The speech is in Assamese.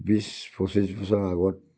বিছ পঁচিছ বছৰ আগত